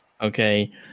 okay